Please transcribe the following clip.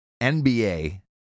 NBA